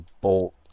bolt